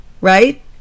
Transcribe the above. right